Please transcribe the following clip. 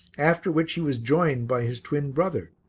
after which he was joined by his twin brother.